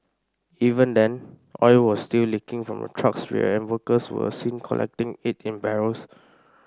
even then oil was still leaking from the truck's rear and workers were seen collecting it in barrels